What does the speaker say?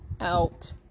out